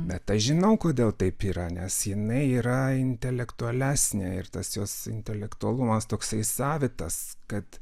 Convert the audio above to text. bet aš žinau kodėl taip yra nes jinai yra intelektualesnė ir tas jos intelektualumas toksai savitas kad